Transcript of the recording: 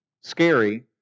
scary